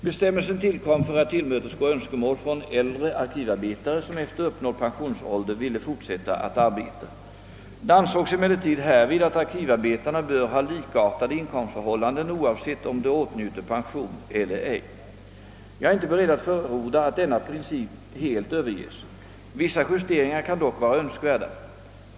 Bestämmelsen tillkom för att tillmötesgå önskemål från äldre arkivarbetare, som efter uppnådd pensionsålder ville fortsätta att arbeta. Det ansågs emellertid härvid att arkivarbetarna bör ha likartade inkomstförhållanden, oavsett om de åtnjuter pension eller ej. Jag är inte beredd att förorda att denna princip helt överges. Vissa justeringar kan dock vara önskvärda.